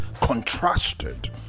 contrasted